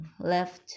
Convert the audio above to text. left